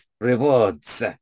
rewards